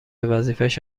وظیفهش